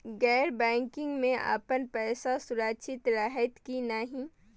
गैर बैकिंग में अपन पैसा सुरक्षित रहैत कि नहिं?